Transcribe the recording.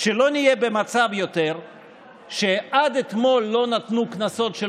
שלא נהיה יותר במצב שעד אתמול לא נתנו קנסות של